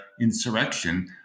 insurrection